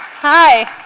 hi